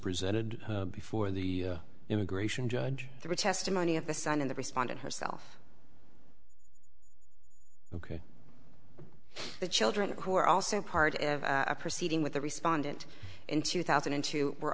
presented before the immigration judge the testimony of the son in the respondent herself ok the children who are also part of a proceeding with the respondent in two thousand and two were